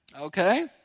Okay